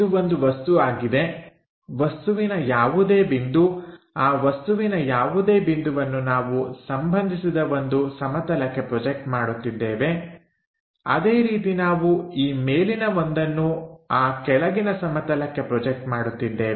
ಇದು ಒಂದು ವಸ್ತು ಆಗಿದೆ ವಸ್ತುವಿನ ಯಾವುದೇ ಬಿಂದು ಆ ವಸ್ತುವಿನ ಯಾವುದೇ ಬಿಂದುವನ್ನು ನಾವು ಸಂಭಂಧಿಸಿದ ಒಂದು ಸಮತಲಕ್ಕೆ ಪ್ರೊಜೆಕ್ಟ್ ಮಾಡುತ್ತಿದ್ದೇವೆ ಅದೇ ರೀತಿ ನಾವು ಈ ಮೇಲಿನ ಒಂದನ್ನು ಆ ಕೆಳಗಿನ ಸಮತಲಕ್ಕೆ ಪ್ರೊಜೆಕ್ಟ್ ಮಾಡುತ್ತಿದ್ದೇವೆ